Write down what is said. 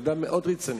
הוא אדם מאוד רציני.